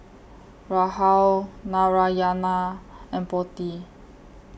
Rahul Narayana and Potti